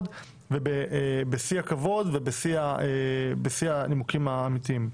ובשיא הכבוד ובשיא הנימוקים האמיתיים.